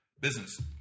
business